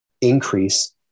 increase